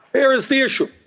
here is the issue.